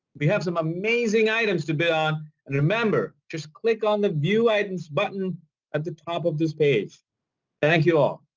we have some amazing items to bid on and remember just click on the view items button at the top of this page thank you all!